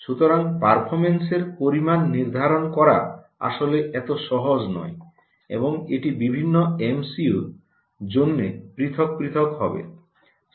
সুতরাং পারফরম্যান্সএর পরিমাণ নির্ধারণ করা আসলে এত সহজ নয় এবং এটি বিভিন্ন এমসিইউর জন্য পৃথক পৃথক হবে